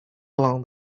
along